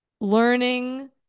Learning